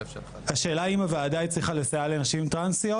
השאלה האם הוועדה הצליחה לסייע לנשים טרנסיות?